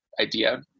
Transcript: idea